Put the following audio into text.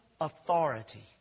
authority